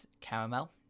caramel